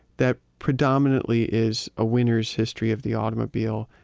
that predominantly is a winner's history of the automobile.